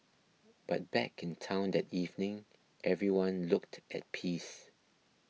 but back in town that evening everyone looked at peace